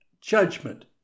judgment